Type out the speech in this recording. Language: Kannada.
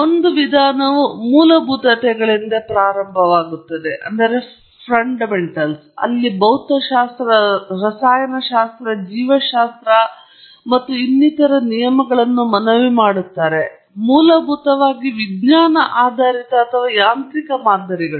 ಒಂದು ವಿಧಾನವು ಮೂಲಭೂತತೆಗಳಿಂದ ಪ್ರಾರಂಭವಾಗುವುದು ಅಲ್ಲಿ ಭೌತಶಾಸ್ತ್ರ ರಸಾಯನಶಾಸ್ತ್ರ ಜೀವಶಾಸ್ತ್ರ ಮತ್ತು ಇನ್ನಿತರ ನಿಯಮಗಳನ್ನು ಮನವಿ ಮಾಡುತ್ತಾರೆ ಮೂಲಭೂತವಾಗಿ ವಿಜ್ಞಾನ ಆಧಾರಿತ ಅಥವಾ ಯಾಂತ್ರಿಕ ಮಾದರಿಗಳು